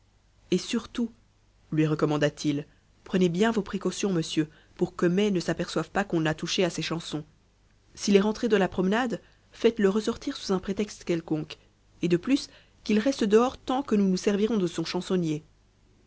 et surtout lui recommanda t il prenez bien vos précautions monsieur pour que mai ne s'aperçoive pas qu'on a touché à ses chansons s'il est rentré de la promenade faites-le ressortir sous un prétexte quelconque et de plus qu'il reste dehors tant que nous nous servirons de son chansonnier